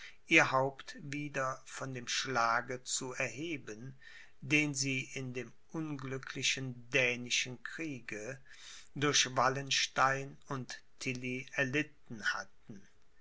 ihr haupt wieder von dem schlage zu erheben den sie in dem unglücklichen dänischen kriege durch wallenstein und tilly erlitten hatten